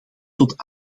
tot